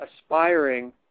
aspiring